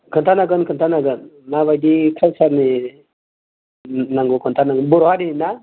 खोन्थानो हागोन खोन्थानो हागोन माबायदि काल्सारनि नांगौ खिन्थानो बर' हारिनि ना